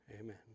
Amen